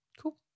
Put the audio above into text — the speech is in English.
Cool